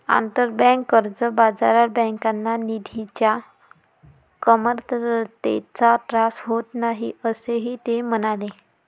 आंतरबँक कर्ज बाजारात बँकांना निधीच्या कमतरतेचा त्रास होत नाही, असेही ते म्हणाले